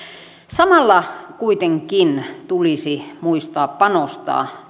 samalla kuitenkin tulisi muistaa panostaa